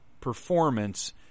performance